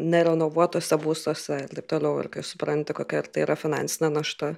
nerenovuotuose būstuose ir taip toliau ir kas supranti kokia tai yra finansinė našta